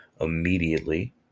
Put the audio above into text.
immediately